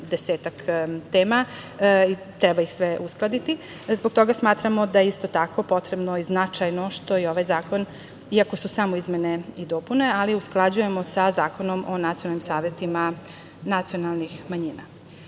desetak tema, treba ih sve uskladiti, zbog toga smatramo da je isto tako potrebno i značajno što i ovaj zakon, iako su samo izmene i dopune, ali usklađujemo sa Zakonom o nacionalnim savetima nacionalnih manjina. Kada